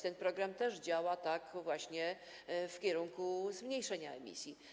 Ten program działa właśnie w kierunku zmniejszenia emisji.